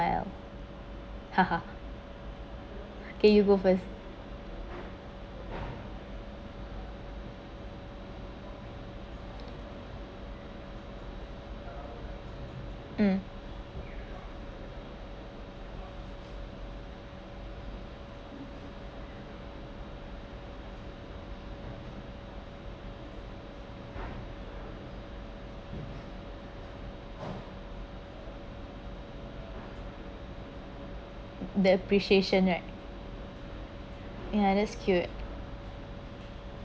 haha okay you go first um the appreciation right ya that’s accurate